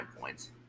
points